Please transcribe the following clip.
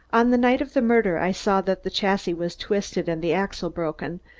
on the night of the murder i saw that the chassis was twisted and the axle broken,